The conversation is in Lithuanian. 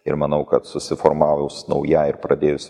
ir manau kad susiformavus naujai ir pradėjus